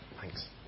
Thanks